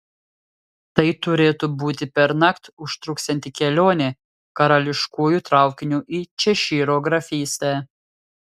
tai turėtų būti pernakt užtruksianti kelionė karališkuoju traukiniu į češyro grafystę